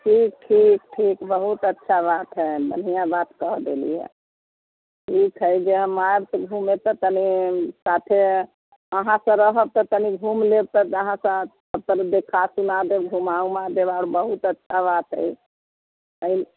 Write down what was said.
ठीक ठीक ठीक बहुत अच्छा बात हइ बढ़िआँ बात कहि देली यऽ ठीक हइ जे हम आयब घुमै तऽ तनि साथे अहाँ सभ रहब तऽ तनि घुम लेब तऽ अहाँ सभतर देखा सुना देब घुमा ओमा देब आओर बहुत अच्छा बात हइ अइ